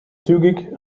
zügig